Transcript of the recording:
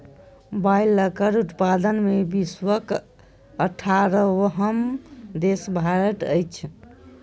बायलरक उत्पादन मे विश्वक अठारहम देश भारत अछि